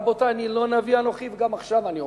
רבותי, לא נביא אנוכי, וגם עכשיו אני אומר,